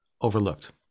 overlooked